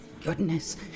goodness